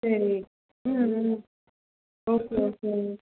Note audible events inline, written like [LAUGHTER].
சரி [UNINTELLIGIBLE] okay okay ma'am